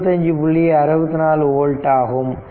64 old ஆகும்